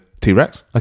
T-Rex